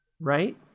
Right